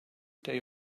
they